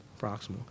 Proximal